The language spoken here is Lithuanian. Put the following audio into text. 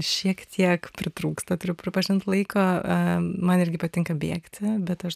šiek tiek pritrūksta turiu pripažint laiko man irgi patinka bėgti bet aš